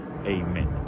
Amen